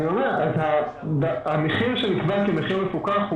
אני גם רוצה להודות לשלמה אוחיון שהנהיג את זה ברשות המיסים